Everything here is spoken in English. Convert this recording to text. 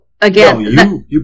again